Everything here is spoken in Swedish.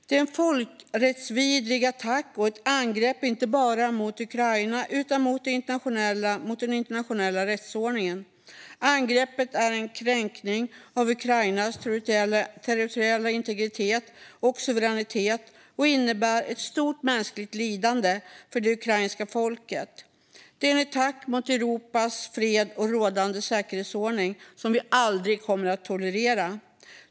Det är en folkrättsvidrig attack och ett angrepp inte bara mot Ukraina utan också mot den internationella rättsordningen. Angreppet är en kränkning av Ukrainas territoriella integritet och suveränitet och innebär ett stort mänskligt lidande för det ukrainska folket. Det är en attack mot Europas fred och rådande säkerhetsordning som vi aldrig kommer att tolerera.